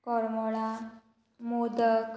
कोरमोळां modak